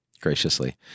graciously